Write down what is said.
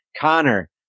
Connor